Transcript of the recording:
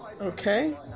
okay